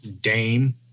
Dame